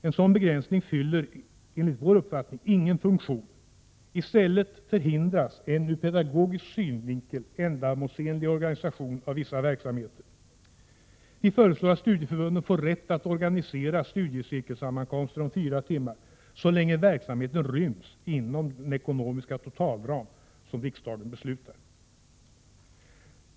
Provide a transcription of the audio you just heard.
En sådan begränsning fyller enligt vår uppfattning ingen funktion. I stället förhindras en ur pedagogisk synvinkel ändamålsenlig organisation av vissa verksamheter. Vi föreslår att studieförbunden får rätt att organisera studiecirkelsammankomster om fyra timmar så länge verksamheten ryms inom den ekonomiska totalram som riksdagen beslutar om.